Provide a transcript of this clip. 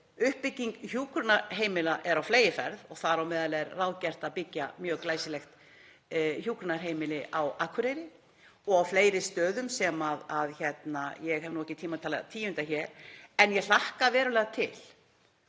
uppbygging hjúkrunarheimila er á fleygiferð og þar á meðal er ráðgert að byggja mjög glæsilegt hjúkrunarheimili á Akureyri og á fleiri stöðum sem ég hef ekki tíma til að tíunda hér. En ég hlakka verulega til